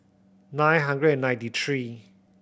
nine hundred and ninety three